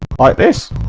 by this